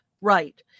Right